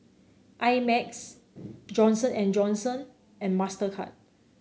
I Max Johnson And Johnson and Mastercard